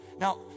Now